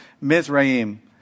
Mizraim